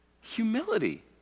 humility